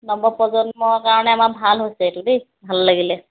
নৱপ্ৰজন্মৰ কাৰণে আমাৰ ভাল হৈছে দেই এইটো ভাল লাগিলে